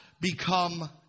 become